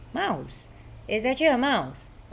mouse it's actually a mouse